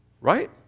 Right